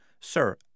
Sir